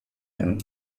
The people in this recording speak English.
him